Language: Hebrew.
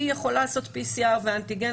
היא יכולה לעשות PCR ואנטיגן,